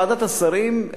ועדת השרים,